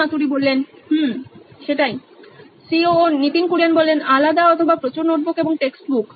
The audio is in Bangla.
Nitin Kurian C O O নইন ইলেকট্রনিক্স আলাদা অথবা প্রচুর নোটবুক এবং টেক্সটবুক